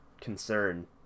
concern